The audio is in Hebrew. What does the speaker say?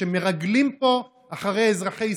שמרגלים פה אחרי אזרחי ישראל,